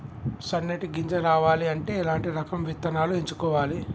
సన్నటి గింజ రావాలి అంటే ఎలాంటి రకం విత్తనాలు ఎంచుకోవాలి?